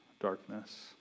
darkness